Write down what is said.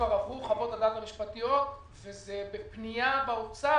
חוות הדעת המשפטיות כבר עברו.